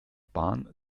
bahn